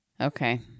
Okay